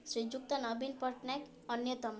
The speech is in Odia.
ଶ୍ରୀଯୁକ୍ତ ନବୀନ ପଟ୍ଟନାୟକ ଅନ୍ୟତମ